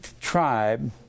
tribe